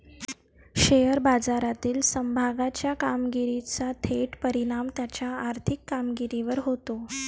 share बाजारातील समभागाच्या कामगिरीचा थेट परिणाम त्याच्या आर्थिक कामगिरीवर होतो